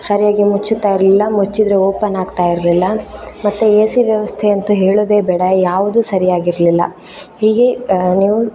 ಸರಿಯಾಗಿ ಮುಚ್ಚುತ್ತಾ ಇರಲಿಲ್ಲ ಮುಚ್ಚಿದರೆ ಓಪನ್ ಆಗ್ತಾಯಿರಲಿಲ್ಲ ಮತ್ತು ಎ ಸಿ ವ್ಯವಸ್ಥೆಯಂತೂ ಹೇಳೋದೇ ಬೇಡ ಯಾವುದು ಸರಿಯಾಗಿರಲಿಲ್ಲ ಹೀಗೆ ನೀವು